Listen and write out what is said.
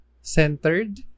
centered